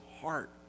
heart